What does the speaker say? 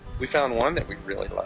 we found one that we really like,